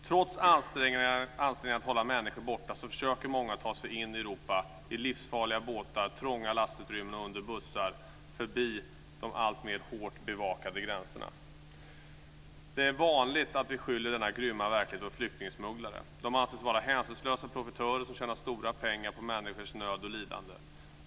Trots våra ansträngningar att hålla människor borta försöker många ta sig in i Europa i livsfarliga båtar, trånga lastutrymmen, under bussar förbi de alltmer hårt bevakade gränserna. Det är vanligt att vi skyller denna grymma verklighet på flyktingsmugglare. De anses vara hänsynslösa profitörer som tjänar stora pengar på människors nöd och lidande.